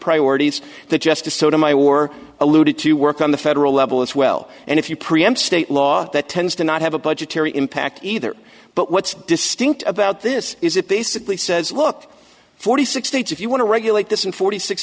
priorities the justice sotomayor alluded to work on the federal level as well and if you preempt state law that tends to not have a budgetary impact either but what's distinct about this is it basically says look forty six states if you want to regulate this in forty six